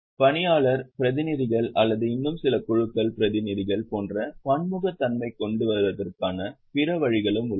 பணியாளர் பிரதிநிதிகள் அல்லது இன்னும் சில குழுக்களின் பிரதிநிதிகள் போன்ற பன்முகத்தன்மையைக் கொண்டுவருவதற்கான பிற வழிகளும் உள்ளன